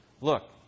look